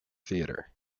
theater